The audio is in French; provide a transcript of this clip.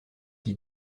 qui